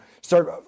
start